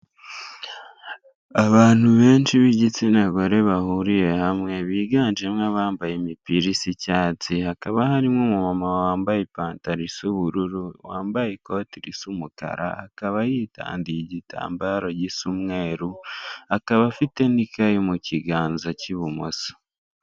Abantu benshi b'igitsina gore bahuriye hamwe biganjemo abambaye imipira is’ icyatsi hakaba harimo uwambaye ipantaro isa y'ubururu wambaye ikoti risa umukara akaba yitandiye igitambaro gisa umweru akaba afite nikaye mu kiganza cy'ibumoso.